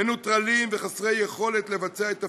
מנוטרלים וחסרי יכולת לבצע את תפקידם.